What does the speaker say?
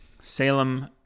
Salem